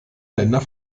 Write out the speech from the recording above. länder